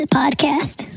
podcast